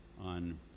on